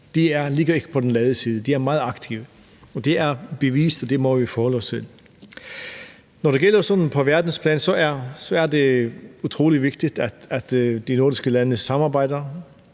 ligger ikke på den lade side; de er meget aktive. Det er bevist, og det må vi forholde os til. Når det gælder situationen på verdensplan, er det utrolig vigtigt, at de nordiske lande samarbejder.